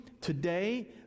today